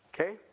Okay